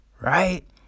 right